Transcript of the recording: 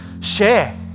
share